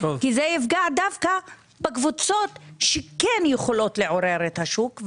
כי זה ייפגע דווקא בקבוצות שכן יכולות לעורר את השוק,